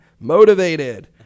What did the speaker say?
motivated